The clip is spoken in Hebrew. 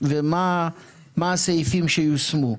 ומה הסעיפים שיושמו,